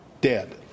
Dead